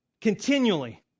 continually